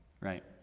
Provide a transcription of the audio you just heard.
right